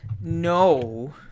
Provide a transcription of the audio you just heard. no